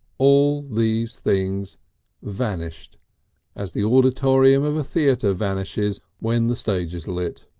all these things vanished as the auditorium of a theatre vanishes when the stage is lit.